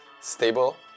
stable